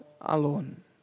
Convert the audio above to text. alone